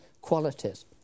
qualities